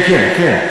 כן, כן.